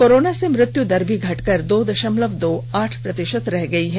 corona से मृत्य दर भी घटकर दो दशमलव दो आठ प्रतिशत रह गई है